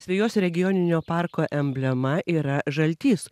asvejos regioninio parko emblema yra žaltys